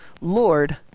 Lord